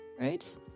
right